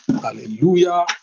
Hallelujah